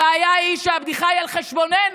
הבעיה היא שהבדיחה היא על חשבוננו.